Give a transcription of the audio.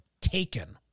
taken